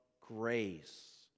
grace